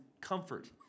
comfort